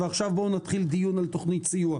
ועכשיו בואו נתחיל דיון על תוכנית סיוע.